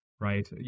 Right